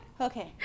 Okay